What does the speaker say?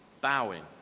bowing